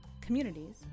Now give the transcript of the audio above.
Communities